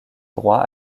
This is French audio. droit